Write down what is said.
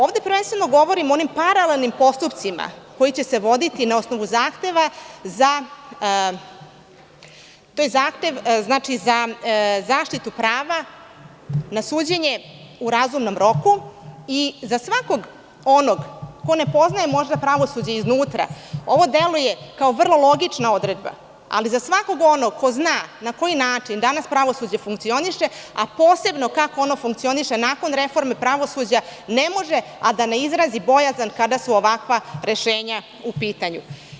Ovde prvenstveno govorim o onim paralelnim postupcima koji će se voditi na osnovu zahteva za zaštitu prava na suđenje u razumnom roku i za svakog onog ko ne poznaje možda pravosuđe unutra, ovo deluje kao vrlo logična odredba, ali za svakog onog ko zna na koji način danas pravosuđe funkcioniše, a posebno kako ono funkcioniše nakon reforme pravosuđa, ne može a da ne izrazi bojazan kada su ovakva rešenja u pitanju.